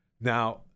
Now